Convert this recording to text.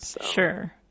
Sure